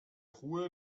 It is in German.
ruhe